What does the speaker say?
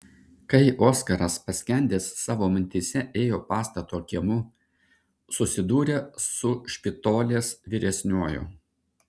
kai oskaras paskendęs savo mintyse ėjo pastato kiemu susidūrė su špitolės vyresniuoju